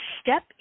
step